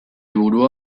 burua